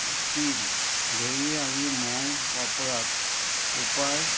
तीन दही आनी म्होंव वापरात उपाय